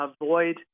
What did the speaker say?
avoid